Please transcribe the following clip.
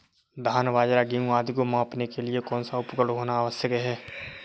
धान बाजरा गेहूँ आदि को मापने के लिए कौन सा उपकरण होना आवश्यक है?